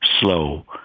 slow